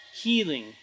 healing